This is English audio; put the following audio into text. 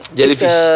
Jellyfish